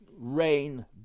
rain